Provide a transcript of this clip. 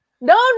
No